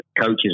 coaches